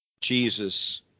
Jesus